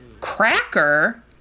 Cracker